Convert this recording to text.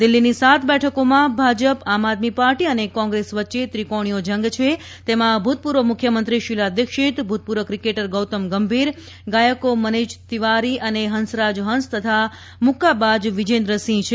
દિલ્ફીની સાત બેઠકોમાં ભાજપ આમ આદમી પાર્ટી અને કોંગ્રેસ વચ્ચે ત્રિકોણીયો જંગ છે તેમાં ભૂતપૂર્વ મુખ્યમંત્રી શીલા દિક્ષિત ભૂતપૂર્વ ક્રિકેટર ગૌતમ ગંભીર ગાયકો મનોજ તિવારી અને ફંસરાજ ફંસ તથા મુક્કાબાજ વિજેન્દ્ર સિંહ્ છે